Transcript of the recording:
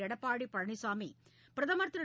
எடப்பாடி பழனிசாமி பிரதமா் திரு